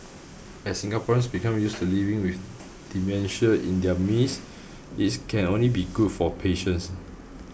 as Singaporeans become used to living with dementia in their midst this can only be good for patients